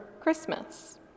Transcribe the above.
Christmas